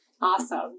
Awesome